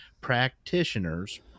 practitioners